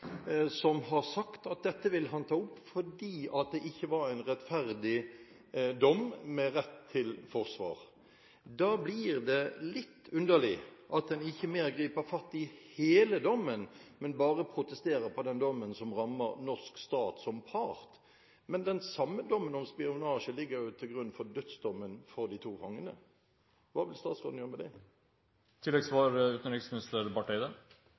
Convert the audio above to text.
har en opposisjonspolitiker, Vital Kamerhe, sagt at dette vil han ta opp fordi det ikke var en rettferdig dom med rett til forsvar. Da blir det litt underlig at man ikke griper mer fatt i hele dommen, men bare protesterer på den delen av dommen som rammer den norske stat som part. Den samme dommen for spionasje ligger jo til grunn for dødsdommen mot de to fangene. Hva vil utenriksministeren gjøre med